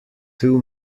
two